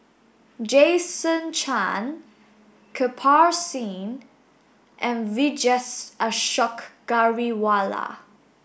Jason Chan Kirpal Singh and Vijesh Ashok Ghariwala